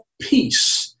Peace